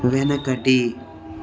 వెనకటి